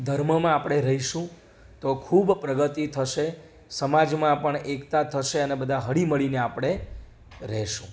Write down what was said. ધર્મમાં આપણે રહીશું તો ખૂબ પ્રગતિ થશે સમાજમાં પણ એકતા થશે અને બધા હળી મળીને આપણે રહીશું